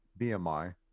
BMI